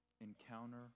Encounter